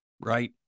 right